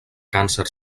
càncer